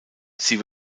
sie